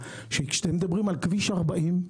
כשאתם מדברים על כביש 40,